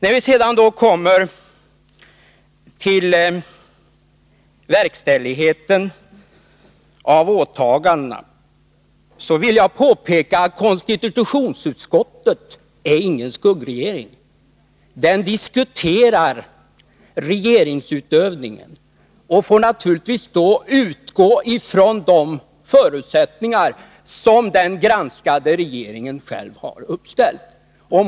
När vi sedan kommer till verkställigheten av åtagandena vill jag påpeka att konstitutionsutskottet inte är någon skuggregering. Utskottet diskuterar regeringsutövningen och får naturligtvis då utgå från de förutsättningar som den granskade regeringen själv har uppställt.